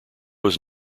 was